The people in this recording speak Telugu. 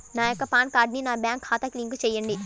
నా యొక్క పాన్ కార్డ్ని నా బ్యాంక్ ఖాతాకి లింక్ చెయ్యండి?